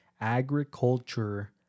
Agriculture